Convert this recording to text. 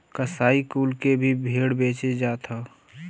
कसाई कुल के भी भेड़ बेचे जात हौ